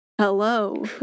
hello